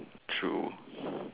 true